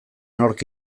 nork